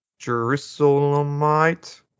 Jerusalemite